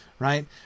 Right